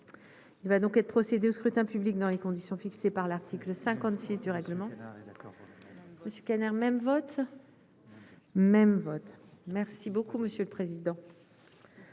il va donc être procéder au scrutin public dans les conditions fixées par l'article 56 du règlement. D'accord, je suis même vote même vote merci beaucoup monsieur le président,